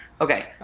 Okay